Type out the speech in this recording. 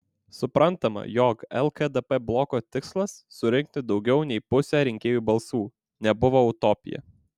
suprantama jog lkdp bloko tikslas surinkti daugiau nei pusę rinkėjų balsų nebuvo utopija